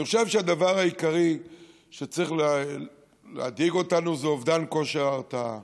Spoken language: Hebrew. אני חושב שהדבר העיקרי שצריך להדאיג אותנו זה אובדן כושר ההרתעה.